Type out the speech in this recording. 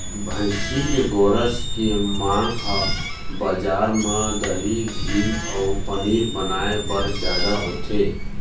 भइसी के गोरस के मांग ह बजार म दही, घींव अउ पनीर बनाए बर जादा होथे